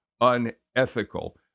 unethical